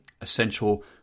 essential